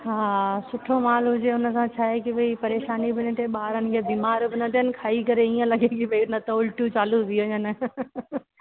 हा सुठो मालु हुजे हुन सां छाहे कि भाई परेशानियूं बि न थिए ॿार खे बीमार बि न थियनि खाए करे इअं लॻे की न त उल्टियूं चालू थी वञनि